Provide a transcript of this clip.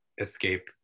escape